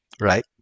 right